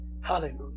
Hallelujah